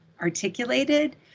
articulated